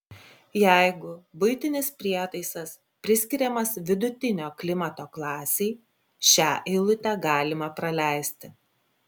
jeigu buitinis prietaisas priskiriamas vidutinio klimato klasei šią eilutę galima praleisti